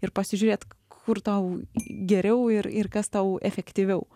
ir pasižiūrėt kur tau geriau ir ir kas tau efektyviau